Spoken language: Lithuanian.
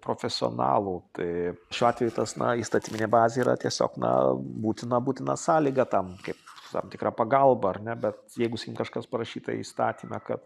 profesionalų tai šiuo atveju tas na įstatyminė bazė yra tiesiog na būtina būtina sąlyga tam kaip tam tikra pagalba ar ne bet jeigu sakykim kažkas parašyta įstatyme kad